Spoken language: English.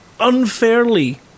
Unfairly